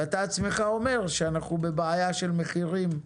ואתה עצמך אומר שאנחנו בבעיה של מחירים.